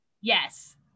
yes